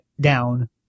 down